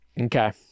Okay